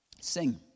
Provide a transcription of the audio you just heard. sing